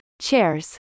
chairs